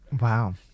wow